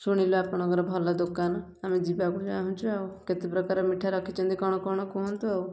ଶୁଣିଲୁ ଆପଣଙ୍କର ଭଲ ଦୋକାନ ଆମେ ଯିବାକୁ ଚାହୁଁଛୁ ଆଉ କେତେ ପ୍ରକାର ମିଠା ରଖିଛନ୍ତି କ'ଣ କ'ଣ କୁହନ୍ତୁ ଆଉ